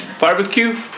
Barbecue